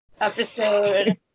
episode